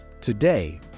Today